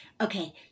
Okay